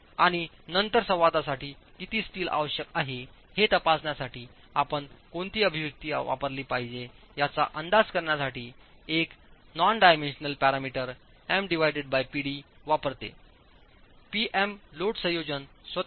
आणि नंतरसंवादासाठी किती स्टील आवश्यक आहे हे तपासण्यासाठी आपण कोणती अभिव्यक्ती वापरली पाहिजे याचा अंदाजकरण्यासाठी एकनॉन डायमेन्शनल पॅरामीटर MPdवापरतेP M लोड संयोजन स्वतः